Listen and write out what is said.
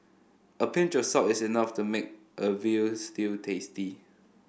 a pinch of salt is enough to make a veal stew tasty